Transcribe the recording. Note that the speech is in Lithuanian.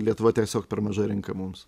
lietuva tiesiog per maža rinka mums